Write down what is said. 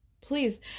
Please